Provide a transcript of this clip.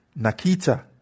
nakita